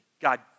God